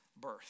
birth